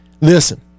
listen